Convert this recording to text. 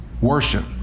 worship